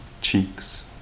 cheeks